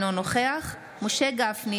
אינו נוכח משה גפני,